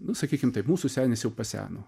nu sakykim taip mūsų senis jau paseno